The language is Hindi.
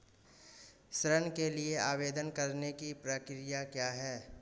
ऋण के लिए आवेदन करने की प्रक्रिया क्या है?